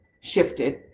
shifted